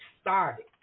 started